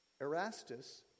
Erastus